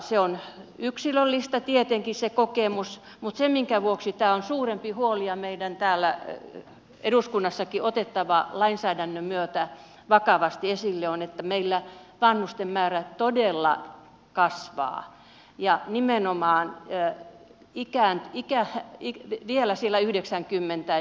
se on tietenkin yksilöllistä se kokemus mutta se minkä vuoksi tämä on suurempi huoli ja meidän täällä eduskunnassakin otettava lainsäädännön myötä vakavasti esille on se että meillä vanhusten määrä todella kasvaa ja nimenomaan että mikään ikä ei vielä todella vanhojen